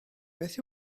beth